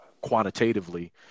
quantitatively